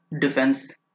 Defense